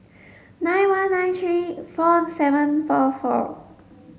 nine one nine three four seven four four